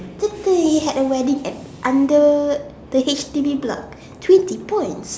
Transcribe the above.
you had a wedding at under the H_D_B block twenty points